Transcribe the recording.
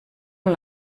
amb